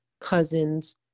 cousins